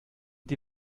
die